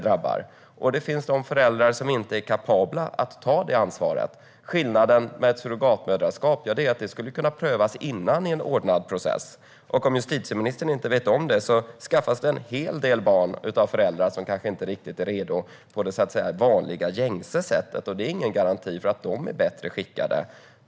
Det finns föräldrar som inte är kapabla att ta detta ansvar. Skillnaden med ett surrogatmoderskap är att det skulle kunna prövas innan i en ordnad process. Om justitieministern inte vet om det: Det skaffas en hel del barn på det vanliga, gängse sättet av föräldrar som inte är redo. Det finns ingen garanti att de är bättre skickade.